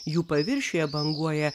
jų paviršiuje banguoja